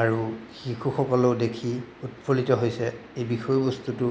আৰু শিশুসকলেও দেখি উৎফুল্লিত হৈছে এই বিষয়বস্তুটো